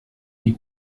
die